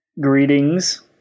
Greetings